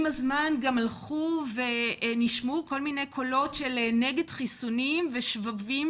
עם הזמן גם הלכו ונשמעו כל מיני קולות נגד חיסונים ושבבים